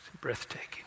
breathtaking